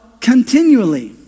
continually